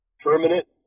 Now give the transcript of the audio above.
permanent